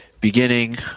beginning